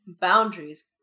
boundaries